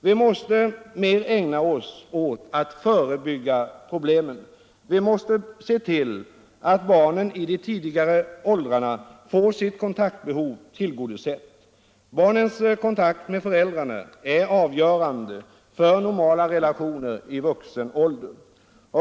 Vi måste mer ägna oss åt att förebygga problemen. Vi måste se till att barnen i de tidigare åldrarna får sitt kontaktbehov tillgodosett. Barnens kontakt med föräldrarna är avgörande för normala relationer i vuxen ålder.